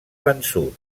vençut